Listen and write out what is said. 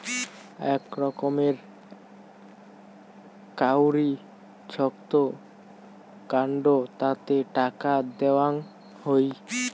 আক রকমের কাউরি ছক্ত কার্ড তাতে টাকা দেওয়াং হই